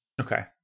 Okay